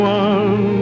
one